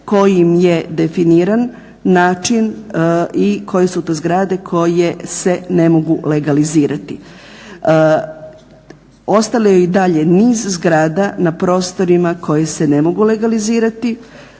kojim je definiran način i koje su to zgrade koje se ne mogu legalizirati. Ostalo je i dalje niz zgrada na prostorima koji se ne mogu legalizirati.